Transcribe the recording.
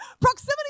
Proximity